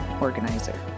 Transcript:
organizer